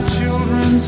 children